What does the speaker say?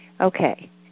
Okay